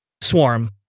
swarm